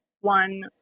one